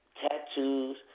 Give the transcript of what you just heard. tattoos